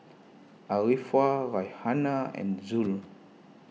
Arifa Raihana and Zul